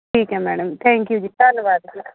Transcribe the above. ਠੀਕ ਹੈ madam thank you ਜੀ ਧੰਨਵਾਦ ਜੀ